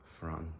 front